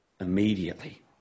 immediately